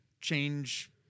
change